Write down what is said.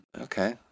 Okay